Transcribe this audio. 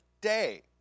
day